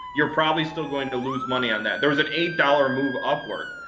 you're probably still going to lose money on that. there was an eight dollars move upward,